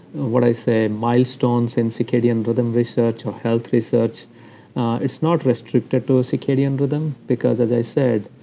what i say milestones in circadian rhythm research or health research it's not restricted to circadian rhythm, because as i said,